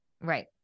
Right